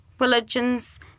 religions